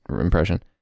impression